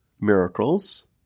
miracles